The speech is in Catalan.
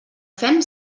fem